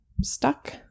stuck